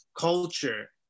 culture